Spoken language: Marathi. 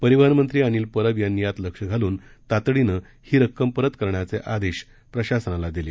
परिवहन मंत्री अनिल परब यांनी यात लक्ष घालून तातडीनं ही रक्कम परत करण्याचे आदेश प्रशासनाला दिले